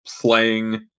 playing